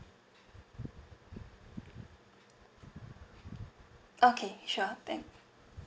okay sure thank